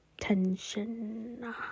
tension